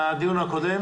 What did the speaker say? בדיון הקודם